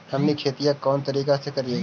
हमनी खेतीया कोन तरीका से करीय?